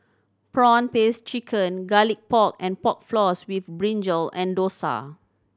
prawn paste chicken Garlic Pork and Pork Floss with brinjal and dosa